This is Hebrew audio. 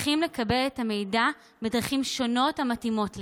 שצריכים לקבל את המידע בדרכים שונות המתאימות להם: